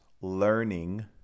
learning